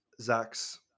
Zach's